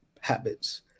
habits